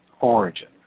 Origin